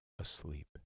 asleep